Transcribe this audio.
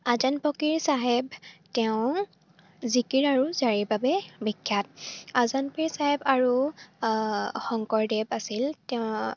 আজানফকীৰ চাহেব তেওঁ জিকিৰ আৰু জাৰীৰ বাবে বিখ্যাত আজানপীৰ চাহেব আৰু শংকৰদেৱ আছিল তেওঁ